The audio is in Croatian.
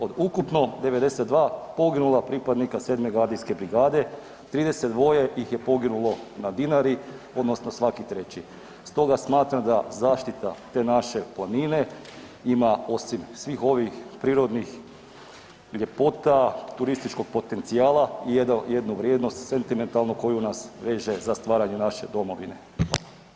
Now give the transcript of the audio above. Od ukupno 92 poginula pripadnika 7. gardijske brigade 32 ih je poginulo na Dinari, odnosno svaki treći, stoga smatram da zaštita te naše planine ima osim svih ovih prirodnih ljepota turističkih potencijala i jednu vrijednost sentimentalnu koja nas veže za stvaranje naše Domovine.